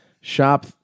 shop